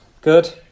Good